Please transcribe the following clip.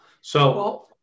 So-